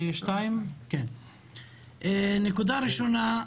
נקודה ראשונה.